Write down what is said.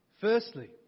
Firstly